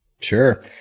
Sure